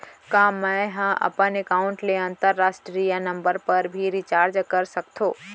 का मै ह अपन एकाउंट ले अंतरराष्ट्रीय नंबर पर भी रिचार्ज कर सकथो